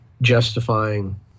justifying